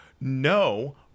No